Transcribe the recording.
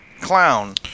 clown